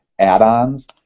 add-ons